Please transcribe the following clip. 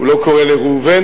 הוא לא קורא לראובן,